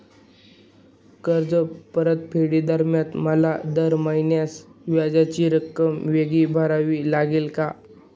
कर्जफेडीदरम्यान मला दर महिन्यास व्याजाची रक्कम वेगळी भरावी लागेल का?